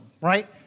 right